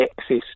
access